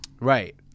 Right